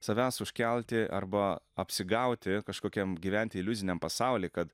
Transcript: savęs užkelti arba apsigauti kažkokiam gyventi iliuziniam pasaulį kad